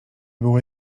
była